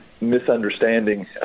misunderstanding